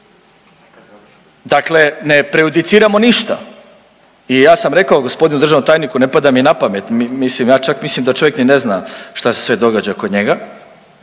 Dakle, ne prejudiciramo ništa. I ja sam rekao gospodinu državnom tajniku ne pada mi na pamet. Mislim ja čak mislim da čovjek ni ne zna što se sve događa kod njega,